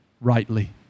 rightly